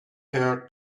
her